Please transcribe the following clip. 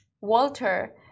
Walter